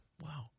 Wow